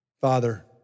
Father